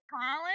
Colin